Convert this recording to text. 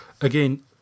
Again